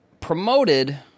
promoted